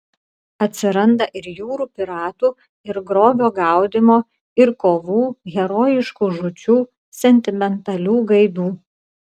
atsiranda ir jūrų piratų ir grobio gaudymo ir kovų herojiškų žūčių sentimentalių gaidų